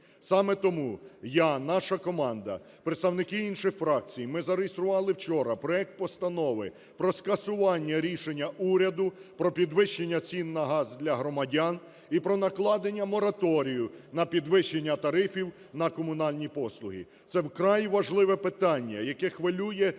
Саме тому я, наша команда, представники інших фракцій, ми зареєстрували вчора проект постанови про скасування рішення уряду про підвищення цін на газ для громадян і про накладення мораторію на підвищення тарифів на комунальні послуги. Це вкрай важливе питання, яке хвилює кожну